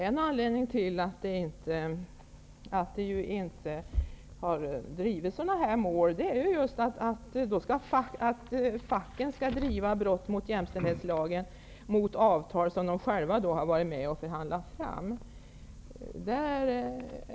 En anledning till att sådana här mål inte har drivits är att facken då skulle ha drivit mål om brott mot jämställdhetslagen och mot avtal som de själva varit med om att förhandla fram.